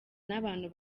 n’abantu